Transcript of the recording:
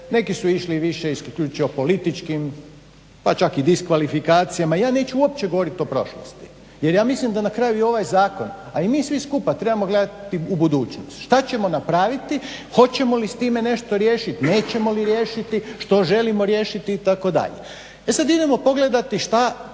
neki su išli više isključivo političkim pa čak i diskvalifikacijama. Ja neću uopće govorit o prošlosti jer ja mislim da na kraju i ovaj zakon, a i mi svi skupa trebamo gledati u budućnost, šta ćemo napraviti, hoćemo li s time nešto riješiti, nećemo li riješiti, što želimo riješiti itd. E sad idemo pogledati šta